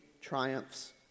triumphs